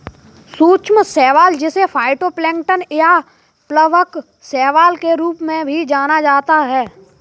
सूक्ष्म शैवाल जिसे फाइटोप्लैंक्टन या प्लवक शैवाल के रूप में भी जाना जाता है